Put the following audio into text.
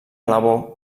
labor